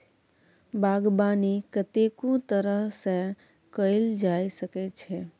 बागबानी कतेको तरह सँ कएल जा सकै छै